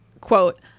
quote